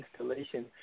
installation